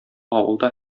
авылда